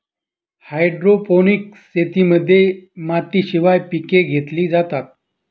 hydroponics शेतीमध्ये मातीशिवाय पिके घेतली जातात